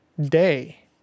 day